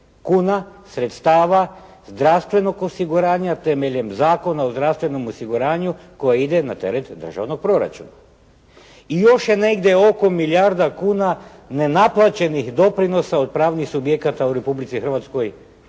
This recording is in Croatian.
kuna sredstava zdravstvenog osiguranja temeljem Zakona o zdravstvenom osiguranju koje ide na teret državnog proračuna i još je negdje oko milijarda kuna nenaplaćenih doprinosa od pravnih subjekata u Republici Hrvatskoj bilo